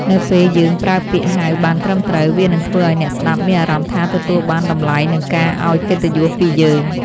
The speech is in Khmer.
នៅពេលយើងប្រើពាក្យហៅបានត្រឹមត្រូវ វានឹងធ្វើឱ្យអ្នកស្ដាប់មានអារម្មណ៍ថាទទួលបានតម្លៃនិងការឱ្យកិត្តិយសពីយើង។